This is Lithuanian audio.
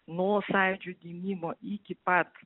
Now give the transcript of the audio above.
nuo sąjūdžio gimimo iki pat